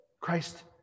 Christ